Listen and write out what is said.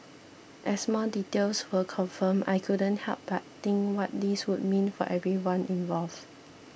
as more details were confirmed I couldn't help but think what this would mean for everyone involved